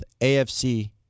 AFC